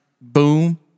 boom